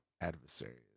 adversaries